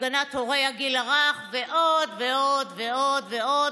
הפגנת הורי הגיל הרך ועוד ועוד ועוד ועוד.